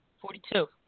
Forty-two